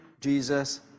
Jesus